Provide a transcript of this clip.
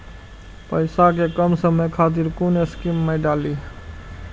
पैसा कै कम समय खातिर कुन स्कीम मैं डाली?